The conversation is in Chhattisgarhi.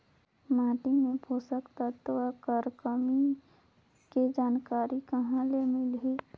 माटी मे पोषक तत्व कर कमी के जानकारी कहां ले मिलही?